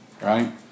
right